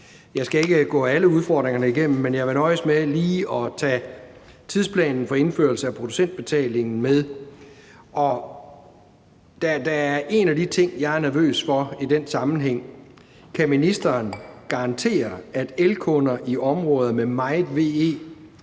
Jeg skal ikke gå alle udfordringerne igennem, men jeg vil nøjes med lige at tage tidsplanen for indførelsen af producentbetalingen med, og der er en ting, jeg er nervøs for, i den sammenhæng. Kan ministeren garantere, at elkunder i områder med meget VE